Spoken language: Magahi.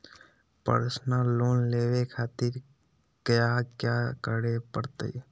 पर्सनल लोन लेवे खातिर कया क्या करे पड़तइ?